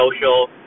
social